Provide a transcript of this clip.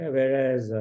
Whereas